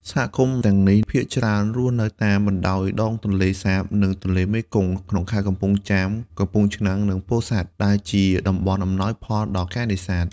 សហគមន៍ទាំងនេះភាគច្រើនរស់នៅតាមបណ្តោយដងទន្លេសាប និងទន្លេមេគង្គ ក្នុងខេត្តកំពង់ចាម កំពង់ឆ្នាំង និងពោធិ៍សាត់ ដែលជាតំបន់អំណោយផលដល់ការនេសាទ។